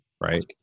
right